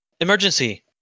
emergency